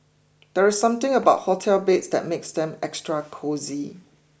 there's something about hotel beds that makes them extra cosy